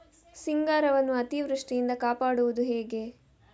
ಸಿಂಗಾರವನ್ನು ಅತೀವೃಷ್ಟಿಯಿಂದ ಕಾಪಾಡುವುದು ಹೇಗೆ?